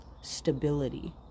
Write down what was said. stability